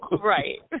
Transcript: Right